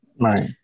Right